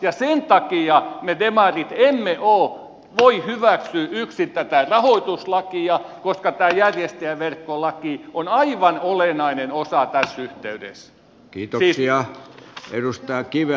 ja sen takia me demarit emme voi hyväksyä yksin tätä rahoituslakia koska tämä järjestäjäverkkolaki on aivan olennainen osa on päässyt edes viittä viisi ja se tässä yhteydessä